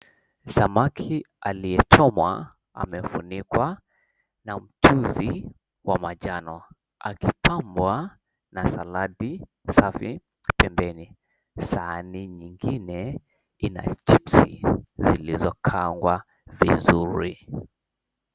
Samaki aliyechomwa amefunikwa na mchuzi wa manjano, akipambwa na saladi safi pembeni. Sahani nyingine ina chipsi iliyokaangwa vizuri.